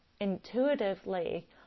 intuitively